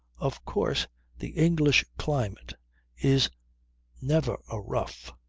of course the english climate is never a rough.